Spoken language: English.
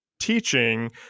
teaching